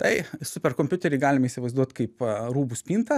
tai superkompiuterį galime įsivaizduot kaip rūbų spintą